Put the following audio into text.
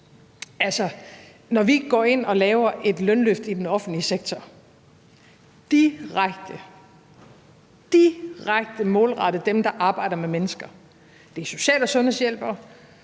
Når vi går ind og laver et lønløft i den offentlige sektor, direkte målrettet dem, der arbejder med mennesker – det er social- og sundhedshjælpere,